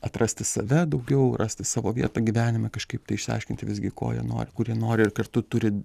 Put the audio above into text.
atrasti save daugiau rasti savo vietą gyvenime kažkaip tai išsiaiškinti visgi ko jie nori kur jie nori ir kartu turi